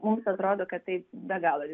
mums atrodo kad taip be galo